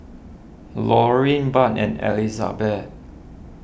Laureen Budd and Elizabeth